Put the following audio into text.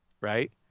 right